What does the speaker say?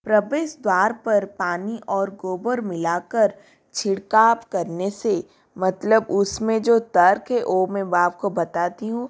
प्रवेश द्वार पर पानी और गोबर मिला कर छिड़काव करने से मतलब उसमें जो तर्क है वो मैं आप को बताती हूँ